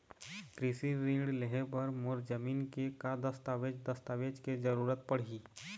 कृषि ऋण लेहे बर मोर जमीन के का दस्तावेज दस्तावेज के जरूरत पड़ही?